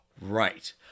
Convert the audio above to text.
Right